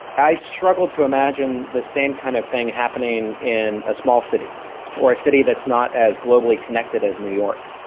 i struggle to imagine the same kind of thing happening in a small city or a city that's not as globally connected as new york.